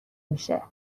میشه